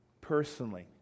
personally